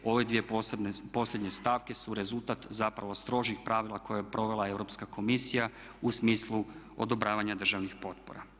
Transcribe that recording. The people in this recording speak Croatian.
Ove dvije posljednje stavke su rezultat zapravo strožih pravila koje je provela Europska komisija u smislu odobravanja državnih potpora.